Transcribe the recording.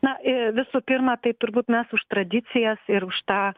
na visų pirma tai turbūt mes už tradicijas ir už tą